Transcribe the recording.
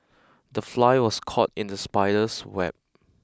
the fly was caught in the spider's web